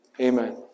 Amen